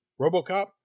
RoboCop